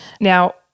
Now